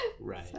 right